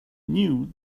knew